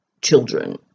children